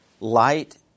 light